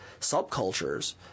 subcultures